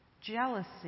jealousy